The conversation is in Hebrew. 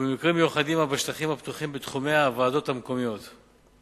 ובמקרים מיוחדים אף בשטחים הפתוחים בתחומי הוועדות המקומיות.